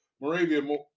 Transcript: Moravia